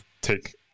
take